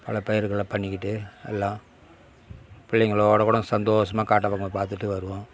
பல பயிர்களை பண்ணிக்கிட்டு எல்லாம் பிள்ளைங்களோட கூடும் சந்தோஷமாக காட்ட பக்கமா பார்த்துட்டு வருவோம்